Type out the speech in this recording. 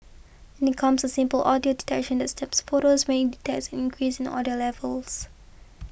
in comes a simple audio detection that snaps photos when it detects increase in audio levels